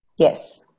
Yes